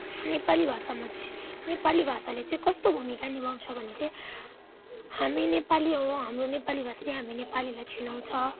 नेपाली भाषामा चाहिँ नेपाली भाषाले चाहिँ कस्तो भूमिका निभाउँछ भने चाहिँ हामी नेपाली हौ हाम्रो नेपालीभाषी हामी नेपालीलाई चिनाउँछ